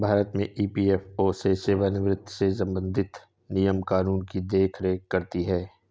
भारत में ई.पी.एफ.ओ सेवानिवृत्त से संबंधित नियम कानून की देख रेख करती हैं